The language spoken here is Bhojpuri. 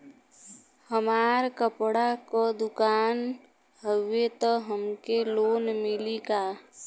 हमार कपड़ा क दुकान हउवे त हमके लोन मिली का?